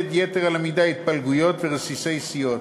יתר על המידה התפלגויות ורסיסי סיעות,